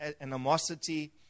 animosity